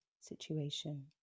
situation